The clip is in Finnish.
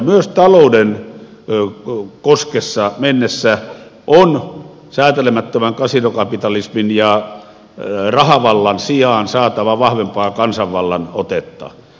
myös talouden koskessa mennessä on säätelemättömän kasinokapitalismin ja rahavallan sijaan saatava vahvempaa kansanvallan otetta